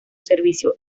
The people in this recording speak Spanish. servicio